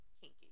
kinky